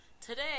Today